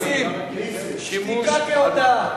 נסים, שתיקה כהודאה.